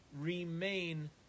remain